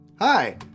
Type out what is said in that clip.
Hi